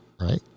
right